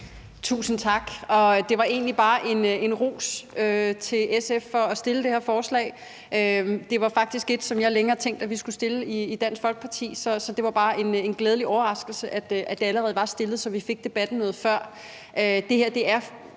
Tusind tak. Det er egentlig bare en ros til SF for at fremsætte det her forslag. Det er faktisk et forslag, som jeg længe har tænkt at vi skulle fremsætte i Dansk Folkeparti, så det var bare en glædelig overraskelse, at det allerede var fremsat, så vi kunne tage debatten noget før.